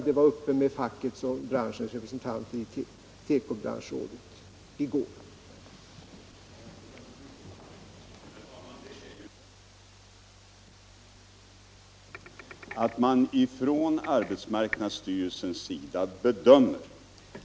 Det var uppe med facket och branschens representanter i tekobranschrådet i går.